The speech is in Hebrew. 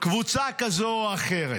קבוצה כזו או אחרת,